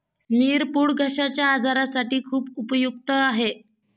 मिरपूड घश्याच्या आजारासाठी खूप उपयुक्त आहे